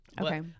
Okay